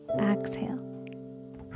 exhale